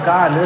God